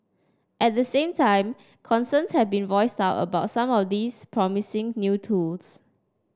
at the same time concerns have been voiced about some of these promising new tools